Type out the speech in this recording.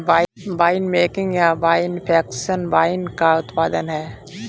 winemaking या vinification wine का उत्पादन है